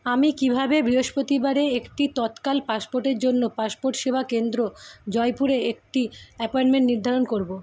আমি কীভাবে বৃহস্পতিবারে একটি তৎকাল পাসপোর্টের জন্য পাসপোর্ট সেবাকেন্দ্র জয়পুরে একটি অ্যাপয়েন্টমেন্ট নির্ধারণ করবো